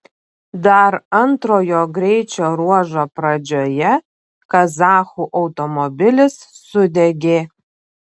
dar antrojo greičio ruožo pradžioje kazachų automobilis sudegė